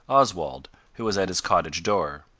oswald, who was at his cottage door.